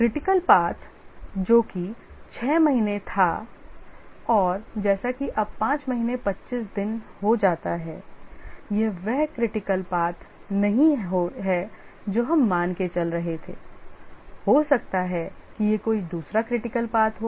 Critical path जो की 6 महीने था और जैसा कि अब 5 महीने 25 दिन हो जाता है यह वह critical path नहीं हो जो हम मान के चल रहे थे हो सकता है कि यह कोई दूसरा critical path हो